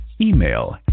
Email